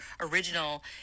original